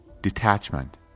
detachment